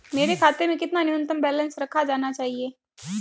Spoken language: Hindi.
मेरे खाते में कितना न्यूनतम बैलेंस रखा जाना चाहिए?